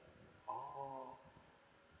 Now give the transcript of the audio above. oh